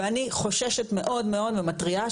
ואני חוששת מאוד מאוד ומתריעה,